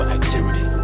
Activity